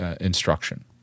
instruction